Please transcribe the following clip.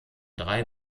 drei